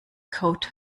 code